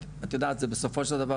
את יודעת זה בסופו של דבר,